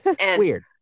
weird